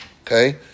Okay